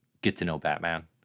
get-to-know-Batman